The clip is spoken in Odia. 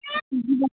ହୁଁ ଯିବା